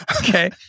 Okay